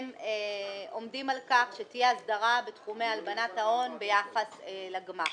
היא עומדת על כך שתהיה הסדרה בתחומי הלבנת ההון ביחס לגמ"חים.